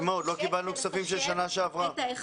עוד לא קיבלנו כספים של שנה שעברה.